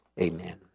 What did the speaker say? Amen